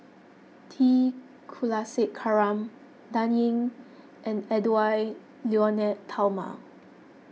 T Kulasekaram Dan Ying and Edwy Lyonet Talma